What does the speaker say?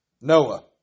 Noah